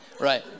Right